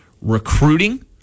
recruiting